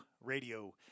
Radio